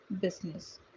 Business